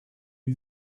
you